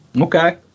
Okay